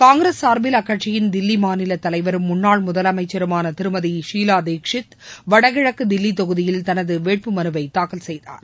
காங்கிரஸ் சார்பில் அக்கட்சியின் தில்லி மாநில தலைவரும் முன்னாள் முதலமைச்சருமான திருமதி ஷீலா தீக்ஷித் வடகிழக்கு தில்லி தொகுதியில் தனது வேட்புமனுவை தாக்கல் செய்தார்